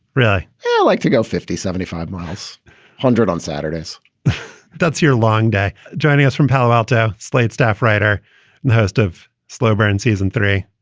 yeah yeah like to go fifty, seventy five miles hundred on saturdays that's your long day. joining us from palo alto. slate staff writer and host of slow burn season three,